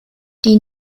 die